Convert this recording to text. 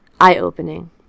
eye-opening